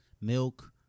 milk